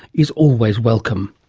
is always welcome.